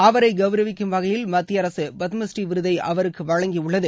அவரை கவுரவிக்கும் வகையில் மத்திய அரசு பத்மஸ்ரீ விருதை அவருக்கு வழங்கியுள்ளது